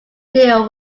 deal